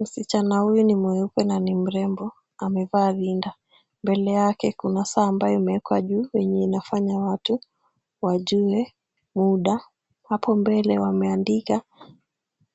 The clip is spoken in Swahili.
Msichana huyu ni mweupe na ni mrembo, amevaa linda. Mbele yake kuna saa ambayo imewekwa juu yenye inafanya watu wajue mda. Hapo mbele wameandika